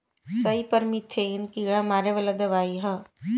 सईपर methane कीड़ा मारे वाला दवाई ह